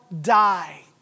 die